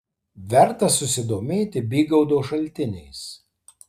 verta susidomėti bygaudo šaltiniais